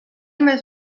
més